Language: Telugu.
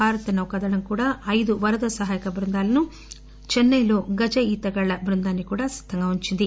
భారత నౌకాదళం కూడా అయిదు వరద సహాయక బృందాలను చెస్పైలో గజ ఈతగాళ్ల బృందాన్ని కూడా సిద్దంగా ఉంచింది